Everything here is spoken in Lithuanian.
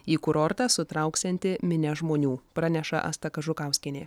į kurortą sutrauksianti minias žmonių praneša asta kažukauskienė